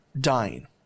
dying